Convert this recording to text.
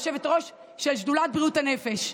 יושבת-ראש של שדולת בריאות הנפש.